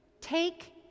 take